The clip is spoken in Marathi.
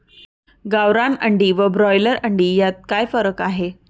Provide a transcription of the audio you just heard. गावरान अंडी व ब्रॉयलर अंडी यात काय फरक आहे?